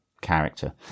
character